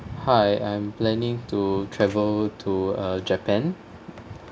hi I'm planning to travel to uh japan